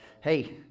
hey